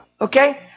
Okay